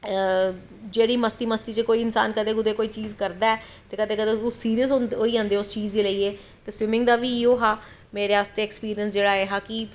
जेह्ड़ी मस्ती मस्ती च कदैं कोई इंसान करदा ऐ ते कदैं कदैं सिरियस होई जंदे उस चीज़ गी लेईयै ते स्विमिंग दा बी इयो हा ऐक्सपिरिंस मेरे आस्तै कि